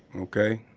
okay?